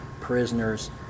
prisoners